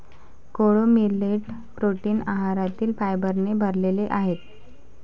कोडो millet protein आहारातील फायबरने भरलेले आहे